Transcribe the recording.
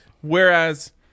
Whereas